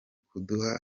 kudaha